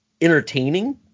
entertaining